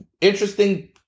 interesting